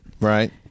Right